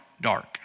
dark